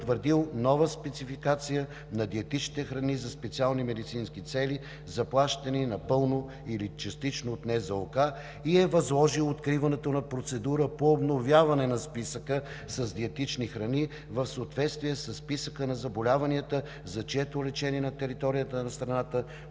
нова спецификация на диетичните храни за специални медицински цели, заплащане – напълно или частично от НЗОК, и е възложил откриването на процедура по обновяване на списъка с диетични храни в съответствие със списъка на заболяванията, за чието лечение на територията на страната НЗОК